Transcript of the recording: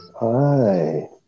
Hi